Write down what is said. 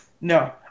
No